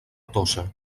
tossa